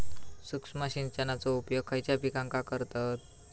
सूक्ष्म सिंचनाचो उपयोग खयच्या पिकांका करतत?